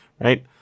right